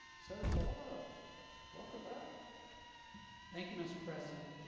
sara solano welcome back thank you mr. president